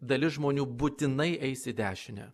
dalis žmonių būtinai eis į dešinę